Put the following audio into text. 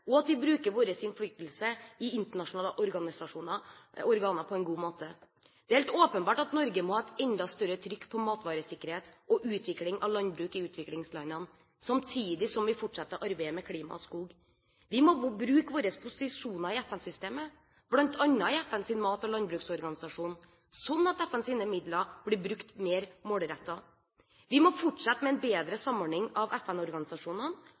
og at vi bruker vår innflytelse i internasjonale organer på en god måte. Det er helt åpenbart at Norge må ha et enda større trykk på matvaresikkerhet og utvikling av landbruk i utviklingslandene, samtidig som vi fortsetter arbeidet med klima og skog. Vi må bruke våre posisjoner i FN-systemet, bl.a. i FNs mat- og landbruksorganisasjon, sånn at FNs midler blir brukt mer målrettet. Vi må fortsette med en bedre samordning av